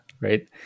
right